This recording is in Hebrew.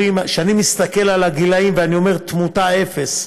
כשאני מסתכל על הגילאים ואומר: תמותה אפס,